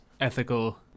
ethical